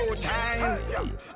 time